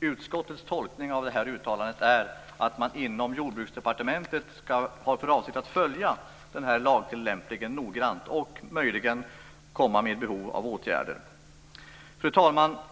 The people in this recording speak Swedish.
Utskottets tolkning av detta uttalande är att man inom Jordbruksdepartementet har för avsikt att följa denna lagtillämpning noggrant och om det skulle finnas behov vidta åtgärder. Fru talman!